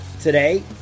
Today